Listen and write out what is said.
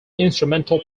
instrumental